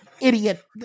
idiot